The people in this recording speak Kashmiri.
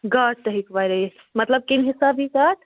گاٹہٕ تہِ ہیٚکہِ واریاہ گٔژھِتھ مطلب کیٚمہِ حِساب یی کاٹہ